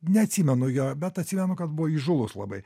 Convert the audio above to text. neatsimenu jo bet atsimenu kad buvo įžūlus labai